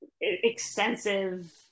extensive